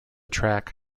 track